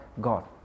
God